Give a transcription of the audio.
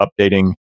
updating